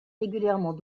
régulièrement